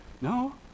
no